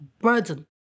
burden